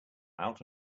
out